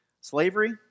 slavery